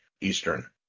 Eastern